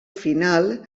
final